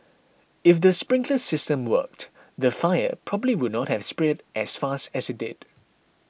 if the sprinkler system worked the fire probably would not have spread as fast as it did